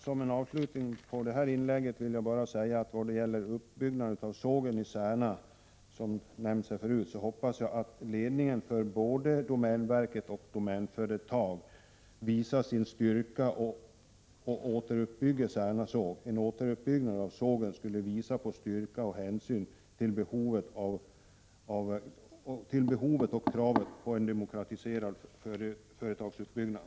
Som en avslutning på det här inlägget vill jag bara säga att vad gäller uppbyggnaden av sågen i Särna hoppas jag att ledningen för både domänverket och Domänföretag visar styrka och återuppbygger sågen. En 183 återuppbyggnad av sågen skulle visa på styrka och på hänsyn till behovet av och kravet på en demokratiserad företagsuppbyggnad.